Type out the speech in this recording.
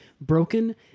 broken